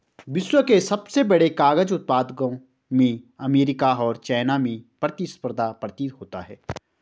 विश्व के सबसे बड़े कागज उत्पादकों में अमेरिका और चाइना में प्रतिस्पर्धा प्रतीत होता है